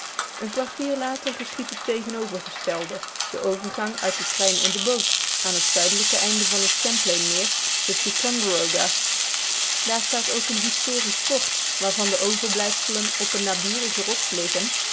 een kwartier later geschiedt het tegenovergestelde de overgang uit den trein in de boot aan t zuidelijk einde van het champlainmeer te ticonderoga daar staat ook een historisch fort waarvan de overblijfselen op een naburige rots liggen